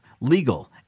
legal